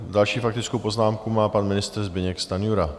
Další faktickou poznámku má pan ministr Zbyněk Stanjura.